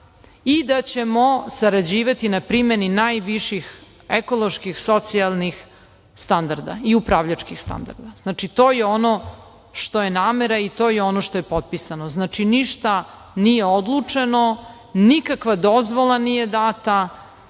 i da ćemo sarađivati na primeni najviših ekoloških, socioloških i upravljačkih standarda. Znači to je ono što je namera i što je potpisano, ništa nije odlučeno, nikakva dozvola nije data